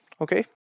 okay